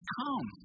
come